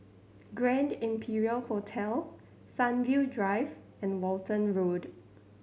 Grand Imperial Hotel Sunview Drive and Walton Road